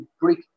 break